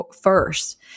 first